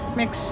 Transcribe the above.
mix